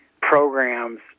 programs